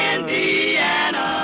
Indiana